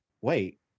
wait